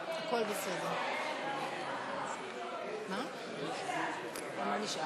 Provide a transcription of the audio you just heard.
סעיפים 80 83, כהצעת הוועדה, נתקבלו.